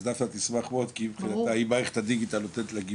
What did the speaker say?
אז דפנה תשמח מאוד כי מבחינתה מערכת הדיגיטל נותנת לה גיבוי.